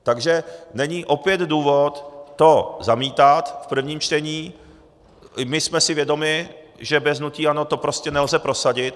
Takže není opět důvod to zamítat v prvním čtení, my jsme si vědomi, že bez hnutí ANO to prostě nelze prosadit.